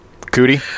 Cootie